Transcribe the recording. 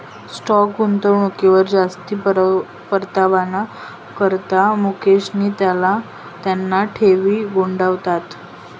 stock गुंतवणूकवर जास्ती परतावाना करता मुकेशनी त्याना ठेवी गुताड्यात